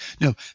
No